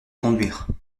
conduire